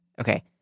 Okay